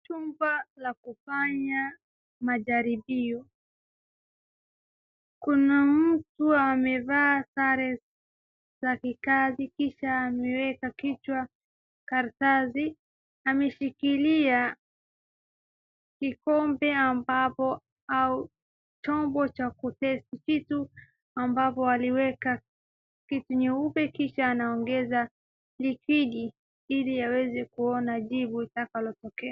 Chumba cha kufanya majaribio. Kuna mtu amevaa sare za kikazi kisha amewekwa kichwa karatasi, ameshikilia kikombe ambacho au chombo cha kutaste vitu ambacho aliweka kitu nyeupe kisha anaongeza liquid ili aone jibu itakavyotokea.